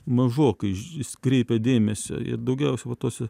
mažokai jis kreipia dėmesio ir daugiausia va tose